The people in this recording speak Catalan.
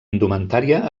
indumentària